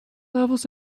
levels